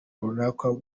runaka